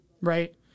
Right